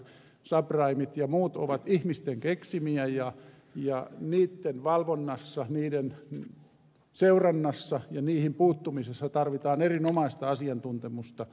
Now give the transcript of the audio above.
subprimet ja muut ovat ihmisten keksimiä ja niitten valvonnassa niiden seurannassa ja niihin puuttumisessa tarvitaan erinomaista asiantuntemusta